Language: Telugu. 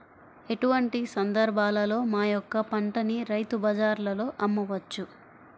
ఎటువంటి సందర్బాలలో మా యొక్క పంటని రైతు బజార్లలో అమ్మవచ్చు?